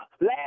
Last